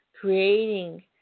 creating